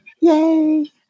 Yay